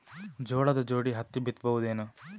ಜೋಳದ ಜೋಡಿ ಹತ್ತಿ ಬಿತ್ತ ಬಹುದೇನು?